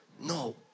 no